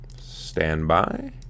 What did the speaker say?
standby